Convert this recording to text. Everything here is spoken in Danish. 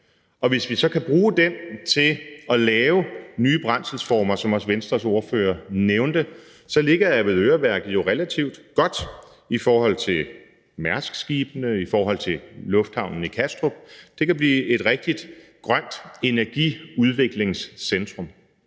og hvis vi så kan bruge den til at lave nye brændselsformer, som også Venstres ordfører nævnte, så ligger Avedøreværket relativt godt i forhold til Mærskskibene, i forhold til lufthavnen i Kastrup. Det kan blive et rigtig grønt energiudviklingscentrum.